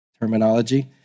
terminology